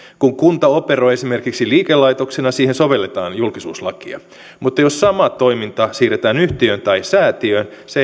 kun kunta operoi esimerkiksi liikelaitoksena siihen sovelletaan julkisuuslakia mutta jos sama toiminta siirretään yhtiöön tai säätiöön se